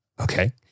Okay